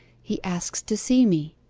he asks to see me!